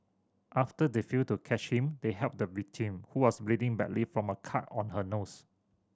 after they failed to catch him they helped the victim who was bleeding badly from a cut on her nose